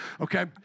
okay